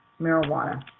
marijuana